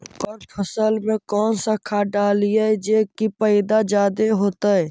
कौन फसल मे कौन सा खाध डलियय जे की पैदा जादे होतय?